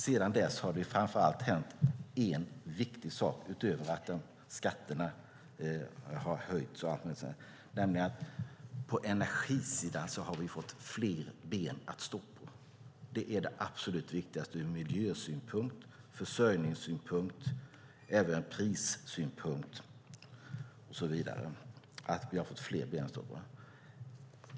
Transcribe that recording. Sedan dess har det framför allt hänt en viktig sak, utöver att skatterna har höjts, nämligen att vi på energisidan har fått fler ben att stå på. Det är det absolut viktigaste ur miljösynpunkt, försörjningssynpunkt och även prissynpunkt att vi har fått fler ben att stå på.